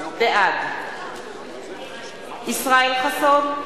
בעד ישראל חסון,